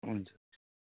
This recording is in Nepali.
हुन्छ हुन्छ